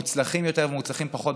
מוצלחים יותר ומוצלחים פחות,